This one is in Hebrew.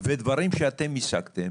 ודברים שאתם השגתם